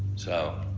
so,